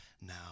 now